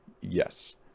Yes